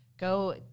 go